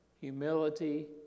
humility